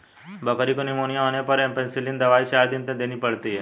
बकरी को निमोनिया होने पर एंपसलीन दवाई चार दिन देनी पड़ती है